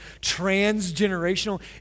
transgenerational